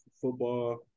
football